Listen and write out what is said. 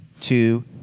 two